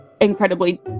incredibly